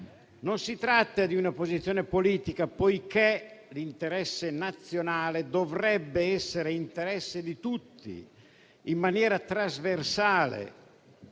Non si tratta di una posizione politica, poiché l'interesse nazionale dovrebbe essere interesse di tutti, in maniera trasversale.